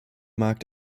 markt